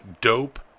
Dope